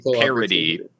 parody